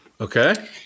Okay